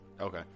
Okay